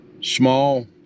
small